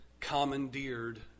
commandeered